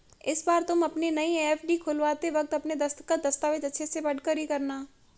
इस बार तुम अपनी नई एफ.डी खुलवाते वक्त अपने दस्तखत, दस्तावेज़ अच्छे से पढ़कर ही करना